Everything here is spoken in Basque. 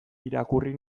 irakurri